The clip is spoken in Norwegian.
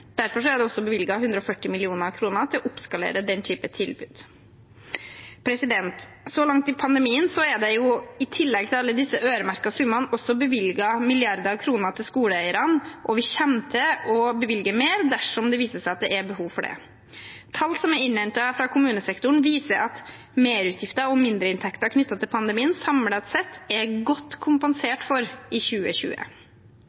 er ledige og permittert. Derfor er det også bevilget 140 mill. kr til å oppskalere den typen tilbud. Så langt i pandemien er det i tillegg til alle disse øremerkede summene også bevilget milliarder av kroner til skoleeierne, og vi kommer til å bevilge mer dersom det viser seg at det er behov for det. Tall som er innhentet fra kommunesektoren, viser at merutgifter og mindreinntekter knyttet til pandemien samlet sett er godt